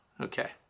Okay